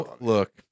Look